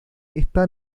está